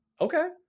Okay